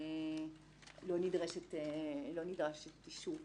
לדעתי, לא נדרש אישור